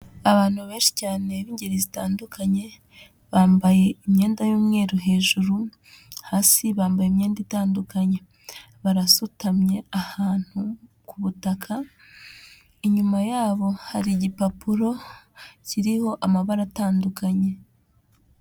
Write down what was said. Abantu benshi cyane b'ingeri zitandukanye, bambaye imyenda y'umweru hejuru, hasi bambaye imyenda itandukanye, barasutamye ahantu, ku butaka, inyuma yabo hari igipapuro kiriho amabara atandukanye.